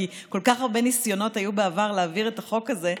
כי כל כך הרבה ניסיונות היו בעבר להעביר את החוק הזה,